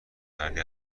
فردی